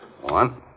one